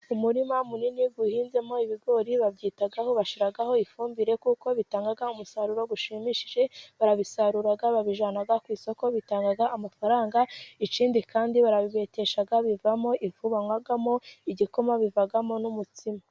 Umurima munini uhinzemo ibigori babyitaho bashyiraho ifumbire, kuko bitanga umusaruro ushimishije, barabisarura babijyana ku isoko bitanga amafaranga, ikindi kandi barabibetesha bivamo ifu banywamo igikoma bivamo n'umutsima.